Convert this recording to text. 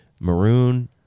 maroon